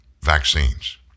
vaccines